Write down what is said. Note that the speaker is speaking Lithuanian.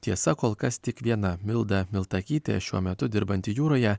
tiesa kol kas tik viena milda miltakytė šiuo metu dirbanti jūroje